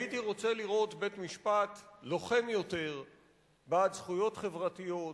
הייתי רוצה לראות בית-משפט לוחם יותר בעד זכויות חברתיות,